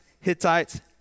Hittites